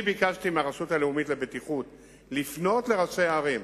ביקשתי מהרשות הלאומית לבטיחות לפנות לראשי הערים,